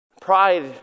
Pride